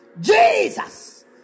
Jesus